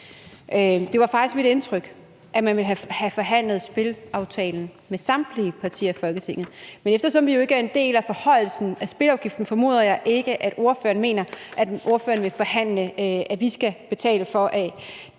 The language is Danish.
Det var faktisk mit indtryk, at man ville have forhandlet spilaftalen med samtlige partier i Folketinget. Men eftersom vi jo ikke er en del af forhøjelsen af spilafgiften, formoder jeg ikke, at ordføreren mener, at ordføreren vil forhandle, at vi skal betale for jeres